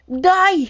Die